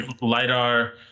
LiDAR